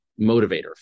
motivator